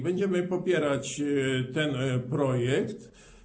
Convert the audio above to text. Będziemy popierać ten projekt.